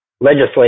legislative